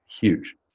huge